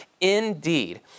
Indeed